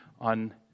on